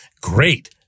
great